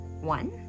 One